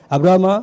Abraham